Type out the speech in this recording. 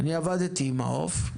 אני עבדתי עם מעו"ף.